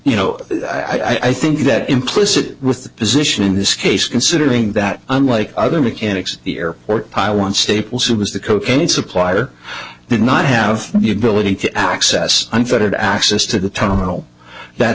you know i think that implicit with the position in this case considering that unlike other mechanics the air or i want staples was the cocaine supplier did not have the ability to access unfettered access to the terminal that